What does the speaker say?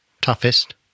toughest